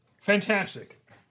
Fantastic